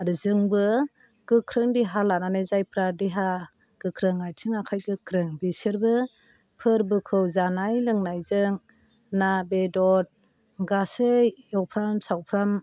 आरो जोंबो गोख्रों देहा लानानै जायफ्रा देहा गोख्रों आथिं आखाय गोख्रों बिसोरबो फोरबोखौ जानाय लोंनायजों ना बेदर गासै एवफ्राम सावफ्राम